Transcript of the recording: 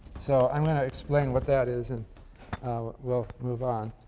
so i'm going to explain what that is and we'll move on.